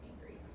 angry